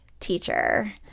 teacher